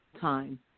time